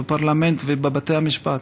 בכנסת ובבתי המשפט.